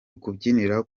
kubyinira